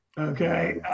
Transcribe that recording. okay